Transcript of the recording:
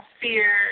fear